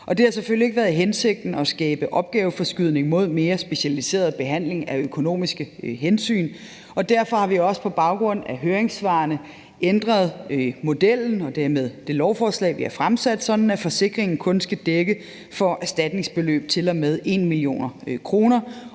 ikke været hensigten at skabe opgaveforskydning mod mere specialiseret behandling af økonomiske hensyn. Derfor har vi også på baggrund af høringssvarene ændret modellen og dermed det lovforslag, vi har fremsat, sådan at forsikringen kun skal dække for erstatningsbeløb til og med 1 mio. kr.